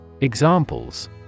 Examples